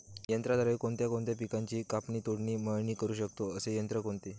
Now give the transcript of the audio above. यंत्राद्वारे कोणकोणत्या पिकांची कापणी, तोडणी, मळणी करु शकतो, असे यंत्र कोणते?